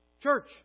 Church